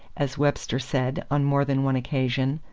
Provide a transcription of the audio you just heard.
as webster said on more than one occasion,